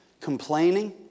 Complaining